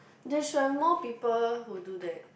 they should have more people who do that